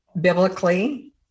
biblically